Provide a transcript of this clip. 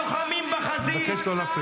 -- שלוחמים בחזית.